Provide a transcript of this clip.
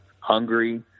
hungry